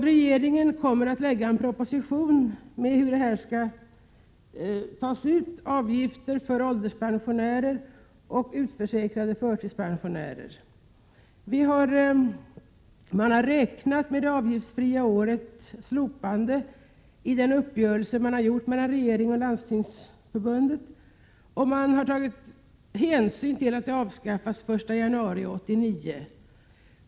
Regeringen kommer att lägga fram en proposition om hur avgifter skall tas ut för ålderspensionärer och utförsäkrade förtidspensionärer. Man har räknat med ett slopande av det avgiftsfria året i den uppgörelse som gjorts mellan regeringen och Landstingsförbundet. Man har utgått från att det skall avskaffas den 1 januari 1989.